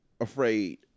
afraid